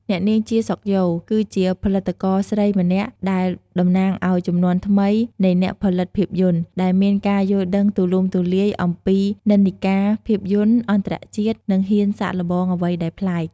អ្នកនាង ជា សុខយ៉ូ គឺជាផលិតករស្រីម្នាក់ដែលតំណាងឱ្យ ជំនាន់ថ្មីនៃអ្នកផលិតភាពយន្ត ដែលមានការយល់ដឹងទូលំទូលាយអំពីនិន្នាការភាពយន្តអន្តរជាតិ និងហ៊ានសាកល្បងអ្វីដែលប្លែក។